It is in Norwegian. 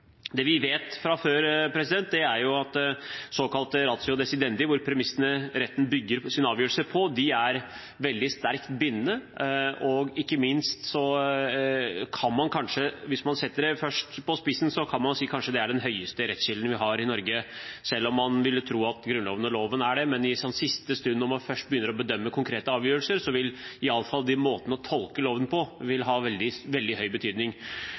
Det vi vet fra før, er at såkalte ratio decidendi, hvor det er premissene retten bygger sin avgjørelse på, er veldig sterkt bindende. Ikke minst kan man kanskje, hvis man først setter det på spissen, si at det er den høyeste rettskilden vi har i Norge, selv om man ville tro at Grunnloven og loven er det. Men i siste stund, når man først begynner å bedømme konkrete avgjørelser, vil iallfall måten å tolke loven på ha veldig